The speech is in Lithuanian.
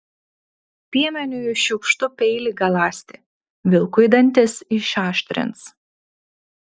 piemeniui šiukštu peilį galąsti vilkui dantis išaštrins